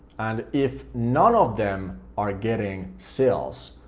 and if none of them are getting sales,